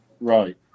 Right